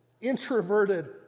introverted